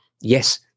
yes